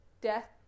Death